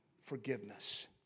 forgiveness